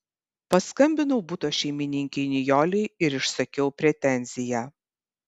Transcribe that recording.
paskambinau buto šeimininkei nijolei ir išsakiau pretenziją